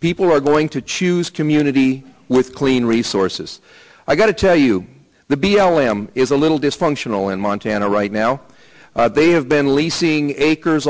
people are going to choose community with clean resources i've got to tell you the b l m is a little dysfunctional in montana right now they have been leasing acres